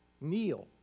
kneel